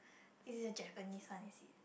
it's the Japanese one is it